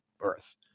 Earth